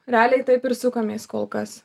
realiai taip ir sukamės kol kas